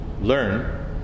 learn